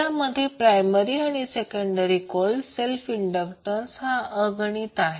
यामध्ये प्रायमरी आणि secondary coil self inductance हा अगणित आहे